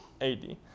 AD